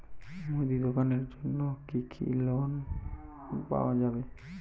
মুদি দোকানের জন্যে কি লোন পাওয়া যাবে?